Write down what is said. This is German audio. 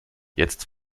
jetzt